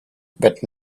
but